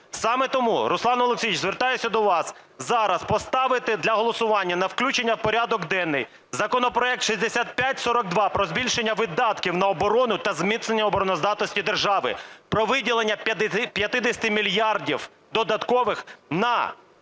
Саме тому, Руслан Олексійович, звертаюся до вас зараз поставити для голосування на включення в порядок денний законопроект 6542 про збільшення видатків на оборону та зміцнення обороноздатності держави, про виділення 50 мільярдів додаткових на